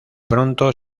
pronto